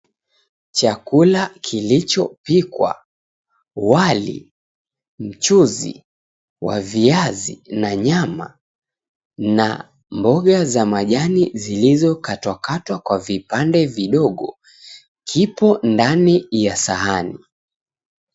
Chakula kilichopikwa wali, mchuzi wa viazi na nyama na mboga za majani zilizokatwakatwa kwa vipande vidogo kipo ndani ya sahani.